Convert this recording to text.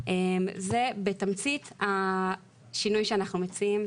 זה בתמצית השינוי שאנחנו מציעים.